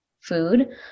food